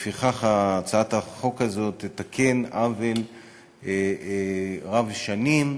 לפיכך, הצעת החוק הזאת תתקן עוול רב שנים.